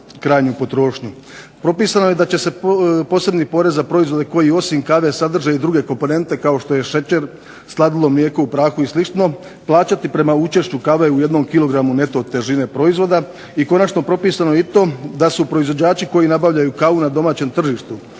krajnju potrošnju. Propisano je da će posebni porez za proizvode koji osim kave sadrže i druge komponente kao što je šećer, sladilo, mlijeko u prahu i slično, plaćati prema učešću kave u 1kg neto težine proizvoda. I konačno propisano je to da su proizvođači koji nabavljaju kavu na domaćem tržištu